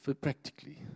practically